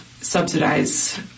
subsidize